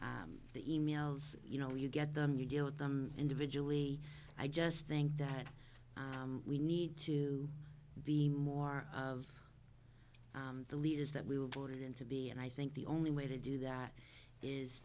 the e mails you know you get them you deal with them individually i just think that we need to be more of the leaders that we were going to be and i think the only way to do that is